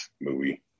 movie